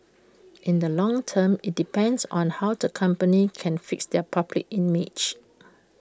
in the long term IT depends on how the company can fix their public image